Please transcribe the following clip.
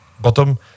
bottom